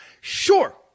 Sure